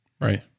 right